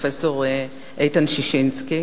הפרופסור איתן ששינסקי.